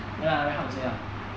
ya lah very hard to say lah